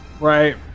Right